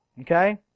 Okay